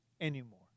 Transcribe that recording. anymore